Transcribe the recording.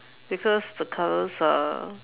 because the colours are